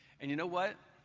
and you know what,